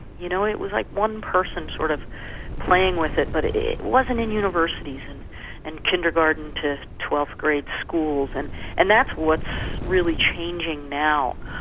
you know, it was like one person sort of playing with it, but it it wasn't in universities and and kindergarten to twelfth grade schools, and and that's what's really changing now.